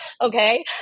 okay